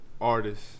artist